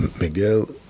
Miguel